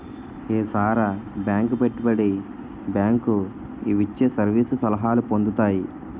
ఏసార bank పెట్టుబడి bank ఇవిచ్చే service సలహాలు పొందుతాయి